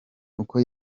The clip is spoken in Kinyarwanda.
uko